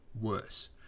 worse